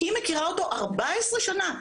היא מכירה אותו 14 שנה,